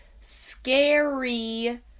scary